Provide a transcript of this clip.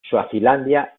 suazilandia